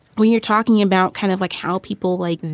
when you're talking about kind of like how people, like,